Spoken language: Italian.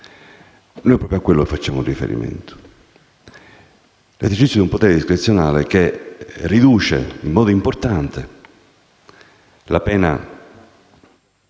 Noi proprio a quello facciamo riferimento.